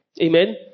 Amen